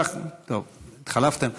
התחלפתם?